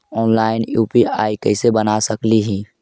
Online UPI कैसे बना सकली ही?